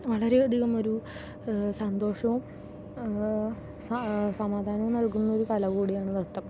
വളരെ അധികമൊരു സന്തോഷവും സമാധാനം നൽകുന്ന ഒരു കല കൂടിയാണ് നൃത്തം